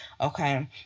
Okay